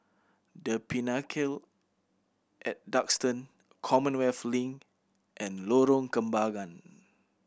The Pinnacle At Duxton Commonwealth Link and Lorong Kembagan